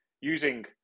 using